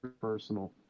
personal